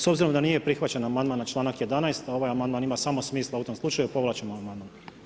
S obzirom da nije prihvaćen amandman na članak 11, a ovaj amandman ima samo smisla u tom slučaju, povlačimo amandman.